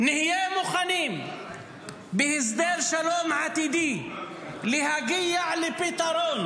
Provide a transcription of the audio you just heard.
נהיה מוכנים בהסדר שלום עתידי להגיע לפתרון